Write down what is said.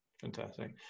Fantastic